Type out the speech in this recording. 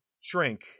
shrink